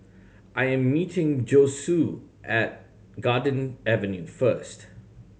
I am meeting Josue at Garden Avenue first